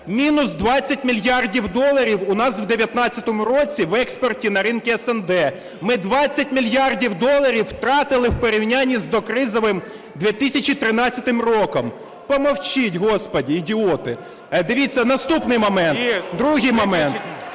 Мінус 20 мільярдів доларів у нас в 2019 році в експорті на ринку СНД. Ми 20 мільярдів доларів втратили в порівнянні з докризовим 2013 роком… Помовчіть, Господи, ідіоти! Дивіться, наступний момент, другий момент.